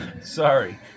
Sorry